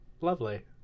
lovely